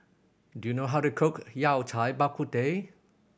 do you know how to cook Yao Cai Bak Kut Teh